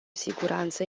siguranță